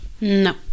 No